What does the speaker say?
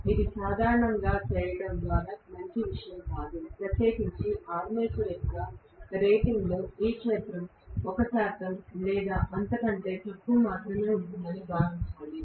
ఇది సాధారణంగా చేయటం చాలా మంచి విషయం కాదు ప్రత్యేకించి అర్మేచర్ యొక్క రేటింగ్లో ఈ క్షేత్రం 1 శాతం లేదా అంతకంటే తక్కువ మాత్రమే ఉంటుందని భావించాలి